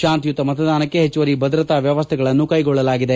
ಶಾಂತಿಯುತ ಮತದಾನಕ್ಕೆ ಹೆಚ್ಚುವರಿ ಭದ್ರತಾ ವ್ಯವಸ್ಥೆಗಳನ್ನು ಕೈಗೊಳ್ಳಲಾಗಿದೆ